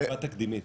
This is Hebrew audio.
ישיבה תקדימית.